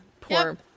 Poor